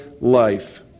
life